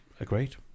agreed